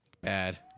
Bad